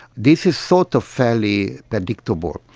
this is sort of fairly predictable.